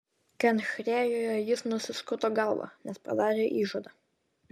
kenchrėjoje jis nusiskuto galvą nes padarė įžadą